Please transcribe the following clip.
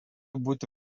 būti